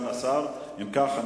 אם כך,